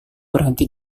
berhenti